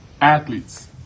athletes